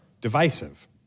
divisive